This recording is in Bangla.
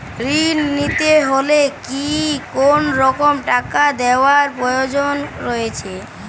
ঋণ নিতে হলে কি কোনরকম টাকা দেওয়ার প্রয়োজন রয়েছে?